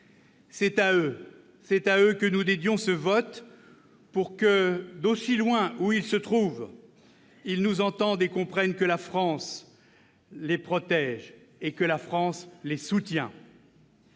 C'est à eux que nous dédions ce vote pour que, d'aussi loin qu'ils se trouvent, ils nous entendent et comprennent que la France les protège et les soutient.